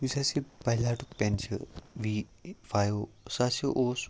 یُس ہَسے یہِ پایلاٹُک پٮ۪ن چھِ وی فایِو سُہ ہاسے اوس